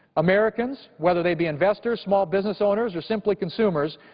americans, whether they be investors, small business owners or simply consumers,